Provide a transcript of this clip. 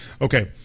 okay